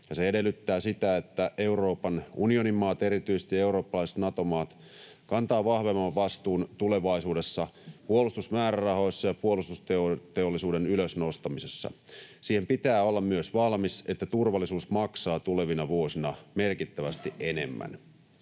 Se edellyttää sitä, että Euroopan unionin maat, erityisesti eurooppalaiset Nato-maat, kantavat vahvemman vastuun tulevaisuudessa puolustusmäärärahoissa ja puolustusteollisuuden ylös nostamisessa. Pitää olla myös valmis siihen, että turvallisuus maksaa tulevina vuosina merkittävästi enemmän.